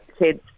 kids